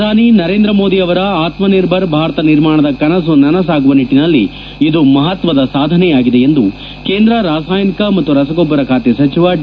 ಪ್ರಧಾನಿ ನರೇಂದ್ರ ಮೋದಿ ಅವರ ಆತ್ಮ ನಿರ್ಭರ ಭಾರತ ನಿರ್ಮಾಣದ ಕನಸು ನನಸಾಗುವ ನಿಟ್ಲನಲ್ಲಿ ಇದು ಮಹತ್ವದ ಸಾಧನೆಯಾಗಿದೆ ಎಂದು ಕೇಂದ್ರ ರಾಸಾಯನಿಕ ಮತ್ತು ರಸಗೊಬ್ಬರ ಖಾತೆ ಸಚಿವ ಡಿ